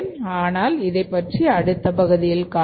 ஆனால் இதைப்பற்றி அடுத்த பகுதியில் காண்போம்